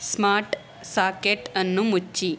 smart ಸಾಕೇಟ್ನ್ನು ಮುಚ್ಚಿ